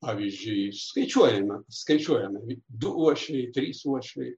pavyzdžiui skaičiuojami skaičiuojame du uošviai trys uošviai